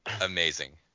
Amazing